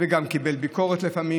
וגם קיבל ביקורת לפעמים,